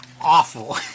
awful